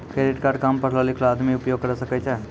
Credit card काम पढलो लिखलो आदमी उपयोग करे सकय छै?